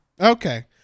Okay